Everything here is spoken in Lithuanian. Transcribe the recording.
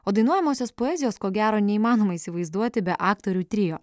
o dainuojamosios poezijos ko gero neįmanoma įsivaizduoti be aktorių trio